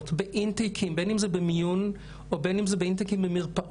באינטייקים - בין אם זה במיון או במרפאות.